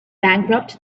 bankrupt